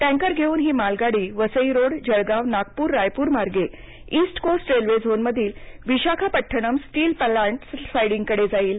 tanker घेऊन ही मालगाडी वसई रोड जळगाव नागपूर रायपूर मार्गे ईस्ट कोस्ट रेल्वे झोनमधील विशाखापट्टणम स्टील प्लांट साइडिंगकडे जाईल